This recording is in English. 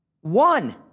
one